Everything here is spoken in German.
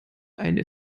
eine